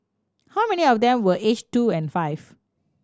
how many of them were aged two and five